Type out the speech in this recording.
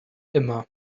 immer